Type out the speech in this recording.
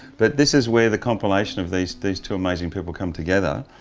but this is where the compilation of these these two amazing people come together,